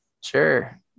Sure